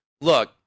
look